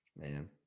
Man